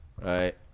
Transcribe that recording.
Right